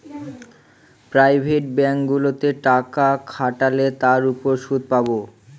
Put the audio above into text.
private ব্যাঙ্কগুলোতে টাকা খাটালে তার উপর সুদ পাবো